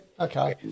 Okay